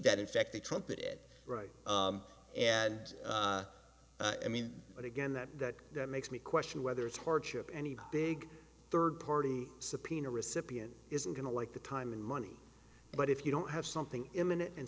that in fact they trumpet it right and i mean but again that makes me question whether it's hardship any big third party subpoena recipient isn't going to like the time and money but if you don't have something imminent and